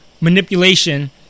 manipulation